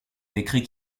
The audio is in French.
décret